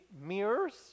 mirrors